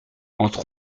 entre